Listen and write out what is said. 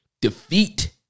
defeat